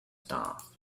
staff